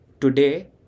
today